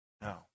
No